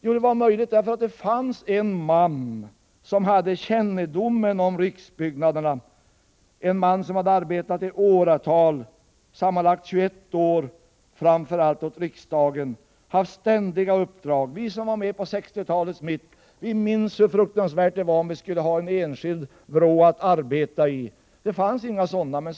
Jo, det var möjligt därför att det fanns en man som hade kännedom om riksbyggnaderna, en man som i åratal — totalt 21 år — hade arbetat framför allt åt riksdagen. Han hade ständigt uppdrag för riksdagens räkning. Vi som var med i mitten av 1960-talet minns hur fruktansvärt det var om vi ville ha en enskild vrå att arbeta i — det fanns nämligen inga sådana.